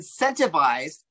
incentivized